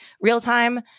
real-time